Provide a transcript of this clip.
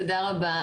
תודה רבה,